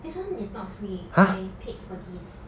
this one is not free I paid for this